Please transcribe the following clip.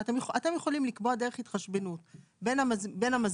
אתם יכולים לקבוע דרך התחשבנות בין המזמין,